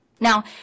Now